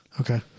Okay